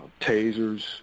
tasers